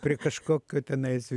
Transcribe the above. prie kažkokio tenais